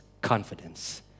confidence